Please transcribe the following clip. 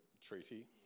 treaty